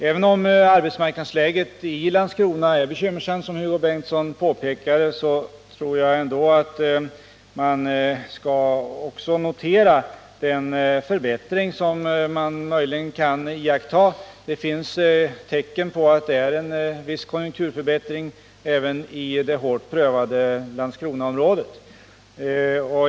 Även om arbetsmarknadsläget i Landskrona är bekymmersamt, som Hugo Bengtsson påpekade, tror jag att man också skall notera den förbättring som möjligen kan iakttas. Det finns tecken på en viss konjunkturförbättring även i det hårt prövade Landskronaområdet.